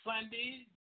Sunday